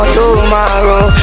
tomorrow